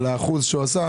על האחוז שהוא עשה.